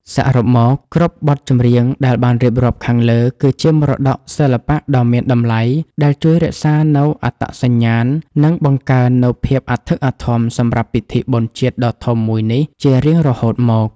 សរុបមក គ្រប់បទចម្រៀងដែលបានរៀបរាប់ខាងលើ គឺជាមរតកសិល្បៈដ៏មានតម្លៃដែលជួយរក្សានូវអត្តសញ្ញាណ និងបង្កើននូវភាពអធិកអធមសម្រាប់ពិធីបុណ្យជាតិដ៏ធំមួយនេះជារៀងរហូតមក។